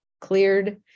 cleared